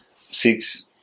six